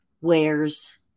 wears